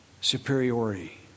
superiority